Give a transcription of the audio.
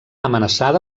amenaçada